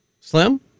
Slim